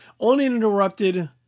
Uninterrupted